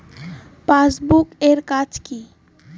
Passbook এর কাজ কি?